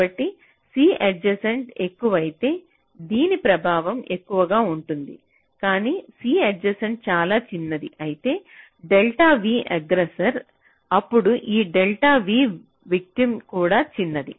కాబట్టి C adjacent ఎక్కువైతే దీని ప్రభావం ఎక్కువగా ఉంటుంది కానీ C ఎడ్జెసెంట్ చాలా చిన్నది అయితే డెల్టా V ఎగ్రెసర్ అప్పుడు ఈ డెల్టా V విటిమ్ కూడా చిన్నది